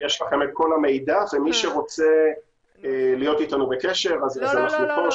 יש לכם את כל המידע ומי שרוצה להיות איתנו בקשר אנחנו פה,